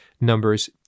numbers